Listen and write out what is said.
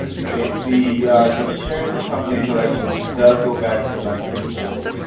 ok, the insurance company collection does go back to the nineteen forty